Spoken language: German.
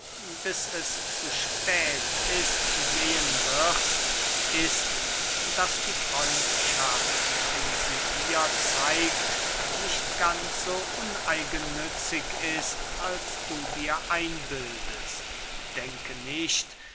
bis es zu spät ist sehen wirst ist daß die freundschaft die sie dir zeigt nicht ganz so uneigennützig ist als du dir einbildest denke nicht